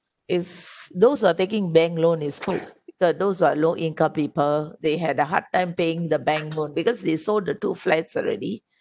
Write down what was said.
if those who are taking bank loan is those who are low income people they had a hard time paying the bank loan because they sold the two flats already